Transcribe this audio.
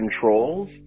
controls